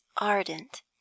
ardent